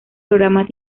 programas